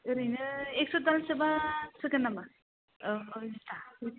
ओरैनो एक्स' दालसोबा थोगोन नामा औ अ